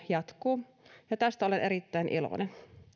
jatkuu ja tästä olen erittäin iloinen